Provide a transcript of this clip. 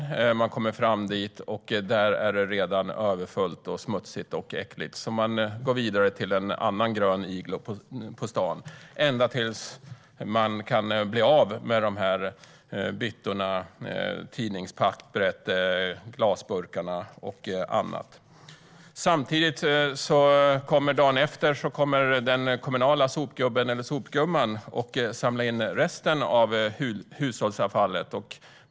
När man kommer fram dit är det redan överfullt, smutsigt och äckligt, så man går vidare ända tills man hittar en annan grön iglo på stan där man kan bli av med byttorna, tidningspapperet, glasburkarna och annat. Dagen efter kommer den kommunala sopgubben eller sopgumman och samlar in resten av hushållsavfallet.